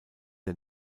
der